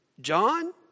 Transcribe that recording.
John